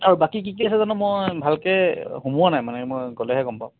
আৰু বাকি কি কি আছে জানো মই ভালকৈ সোমোৱা নাই মানে মই গ'লেহে গম পাম